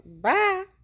bye